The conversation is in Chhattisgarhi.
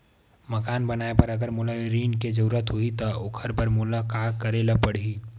मकान बनाये बर अगर मोला ऋण के जरूरत होही त ओखर बर मोला का करे ल पड़हि?